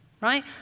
right